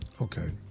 Okay